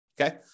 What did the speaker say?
okay